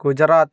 Gujarat